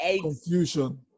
confusion